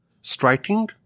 striking